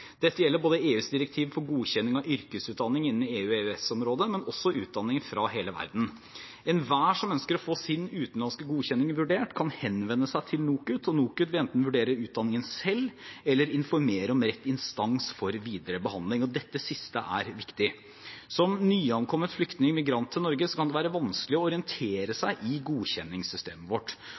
Dette gjelder både EUs direktiv for godkjenning av yrkesgodkjenning innen EU/EØS-området, og også utdanninger fra hele verden. Enhver som ønsker å få sin utenlandske utdanning vurdert, kan henvende seg til NOKUT. NOKUT vil enten vurdere utdanningen selv eller informere om rett instans for videre behandling. Dette siste er viktig. Som nyankommet flyktning/migrant til Norge kan det være vanskelig å orientere seg i godkjenningssystemet,